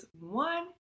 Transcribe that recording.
one